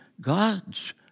God's